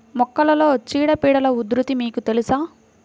మొక్కలలో చీడపీడల ఉధృతి మీకు తెలుసా?